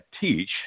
teach